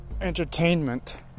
entertainment